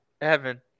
Evan